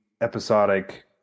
episodic